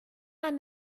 man